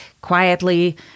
quietly